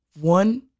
one